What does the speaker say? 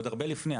עוד הרבה לפני,